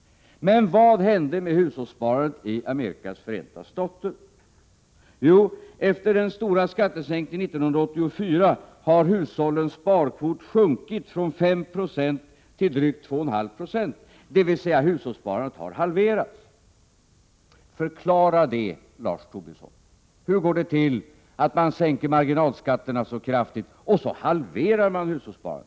Men vad hände med hushållssparandet i Amerikas förenta stater? Jo, efter den stora skattesänkningen 1984 har hushållens sparkvot sjunkit från 5 26 till drygt 2,5 96, dvs. hushållssparandet har halverats. Förklara det, Lars Tobisson! Hur går det till att man sänker marginalskatterna så kraftigt, och så halveras hushållssparandet?